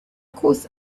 course